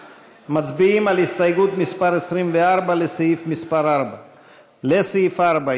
מצביעים על הסתייגות מס' 24 לסעיף מס' 4. לסעיף 4,